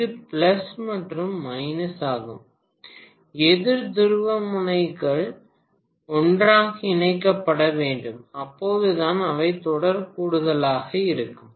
இது பிளஸ் மற்றும் மைனஸ் ஆகும் எதிர் துருவமுனைப்புகள் ஒன்றாக இணைக்கப்பட வேண்டும் அப்போதுதான் அவை தொடர் கூடுதலாக இருக்கும்